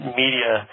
media